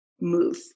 move